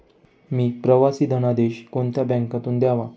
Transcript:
मी प्रवासी धनादेश कोणत्या बँकेतून घ्यावा?